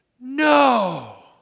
no